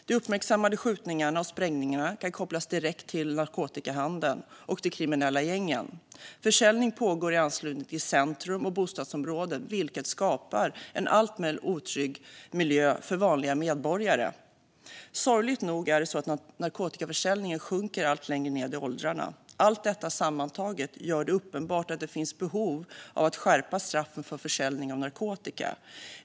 De uppmärksammade skjutningarna och sprängningarna kan kopplas direkt till narkotikahandeln och de kriminella gängen. Försäljning pågår i anslutning till centrum och bostadsområden, vilket skapar en alltmer otrygg miljö för vanliga medborgare. Sorgligt nog sjunker narkotikaförsäljningen allt längre ned i åldrarna. Allt detta sammantaget gör det uppenbart att det finns behov av att skärpa straffen för försäljning av narkotika.